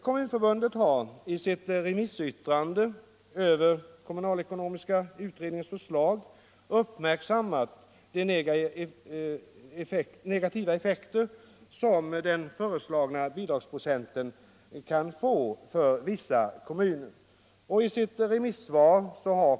Kommunförbundet har i sitt remissvar över kommunalekonomiska utredningens förslag uppmärksammat de negativa effekter som den föreslagna bidragsprocenten kan få för vissa kommuner.